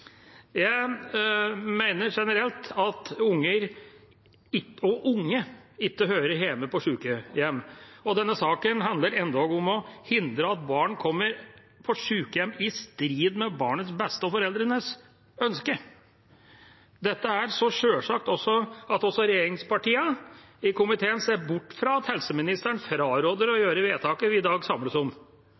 Jeg mener generelt at unger og unge ikke hører hjemme på sykehjem, og denne saken handler endog om å hindre at barn kommer på sykehjem i strid med barnets beste og foreldrenes ønske. Dette er så sjølsagt at også regjeringspartiene i komiteen ser bort fra at helseministeren fraråder å gjøre vedtaket vi i dag samles om.